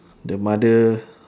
the mother